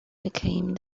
became